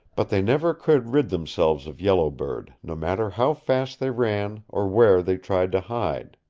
but they never could rid themselves of yellow bird, no matter how fast they ran or where they tried to hide.